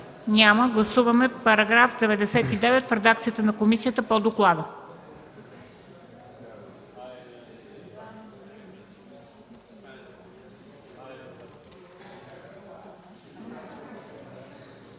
Няма. Гласуваме § 99 в редакцията на комисията по доклада.